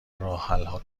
راهحلها